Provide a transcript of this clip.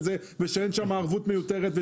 ושאין שם ערבות מיותרת,